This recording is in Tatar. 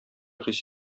хис